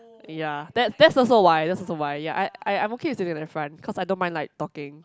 ya that that's also why that's also why ya I I'm okay with sitting at the front cause I don't mind like talking